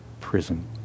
prison